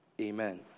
amen